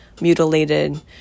mutilated